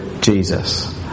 Jesus